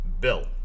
Bill